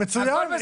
מצוין.